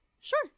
Sure